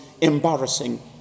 embarrassing